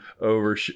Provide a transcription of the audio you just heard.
over